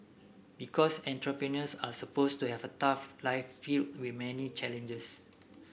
because entrepreneurs are supposed to have a tough life filled with many challenges